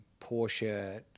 Porsche